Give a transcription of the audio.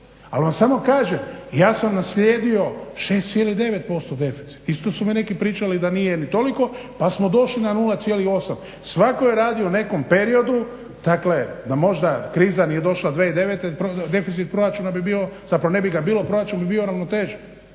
Ali vam samo kažem ja sam naslijedio 6,9% deficita. Isto su mi neki pričali da nije ni toliko pa smo došli na 0,8. Svatko je radio u nekom periodu, dakle da možda kriza nije došla 2009. deficit proračuna bi bio, zapravo ga ne bi bilo. Proračun bi bio uravnotežen.